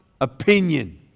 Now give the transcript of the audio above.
opinion